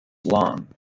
long